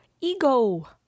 ego